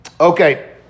Okay